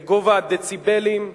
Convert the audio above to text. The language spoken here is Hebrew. בגובה הדציבלים,